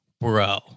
bro